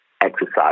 exercise